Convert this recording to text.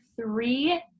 three